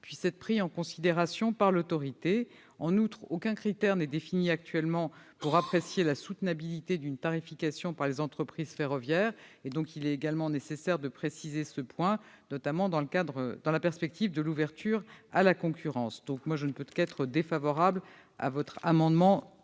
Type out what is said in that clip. puissent être pris en considération par cette instance. En outre, aucun critère n'est défini à ce jour pour apprécier la soutenabilité d'une tarification par les entreprises ferroviaires : il est donc nécessaire de préciser ce point, notamment dans la perspective de l'ouverture à la concurrence. Aussi, je ne peux qu'être défavorable à cet amendement.